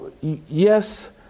yes